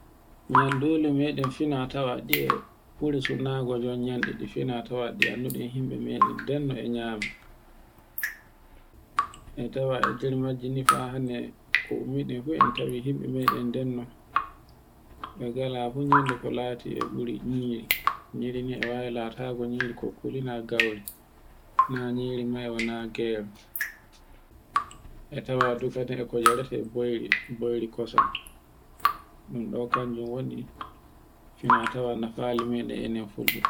Nyandule meɗen fina tawa ɗiye ɓuri sunnago nyonyanɗe ɗi fina tawa ɗi anndu ɗen himbe meɗen den no e nyama. E tawa e nder majji ni fa hande ko ummiɗen fu en tawi himɓe meɗen den no. ɓengala fu nyande ko lati e ɓuri nyiri. Nyiri ni e wawi latago kokkolina gauri, na nyiri mawna na gero, e tawa do kode e to yarete ɓoyri kosam. ɗun ɗo kanjum woni fina tawa nafili meɗen enen fulɓe.